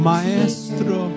Maestro